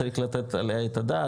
צריך לתת עליה את הדעת,